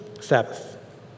Sabbath